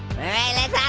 alright let's